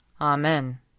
Amen